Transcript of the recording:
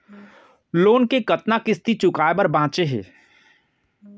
Loan के कतना किस्ती चुकाए बर बांचे हे?